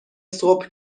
صبح